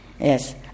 yes